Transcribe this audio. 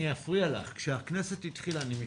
אני אפריע לך, אני מתנצל,